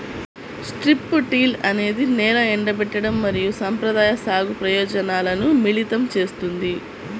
strip till అనేది నేల ఎండబెట్టడం మరియు సంప్రదాయ సాగు ప్రయోజనాలను మిళితం చేస్తుంది